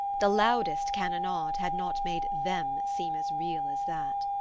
the loudest cannonade had not made them seem as real as that.